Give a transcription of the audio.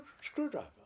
screwdriver